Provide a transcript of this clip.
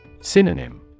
Synonym